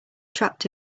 trapped